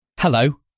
Hello